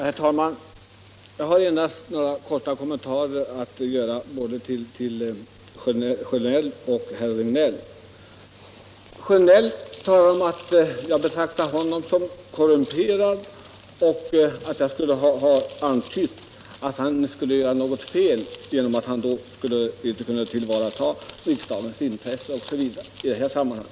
Herr talman! Jag skall endast göra några korta kommentarer till herr Sjönell och herr Regnéll. Herr Sjönell sade att jag betraktar honom som korrumperad och att jag antydde att han gjorde fel samt att han inte skulle kunna tillvarata riksdagens intressen i detta sammanhang.